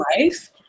life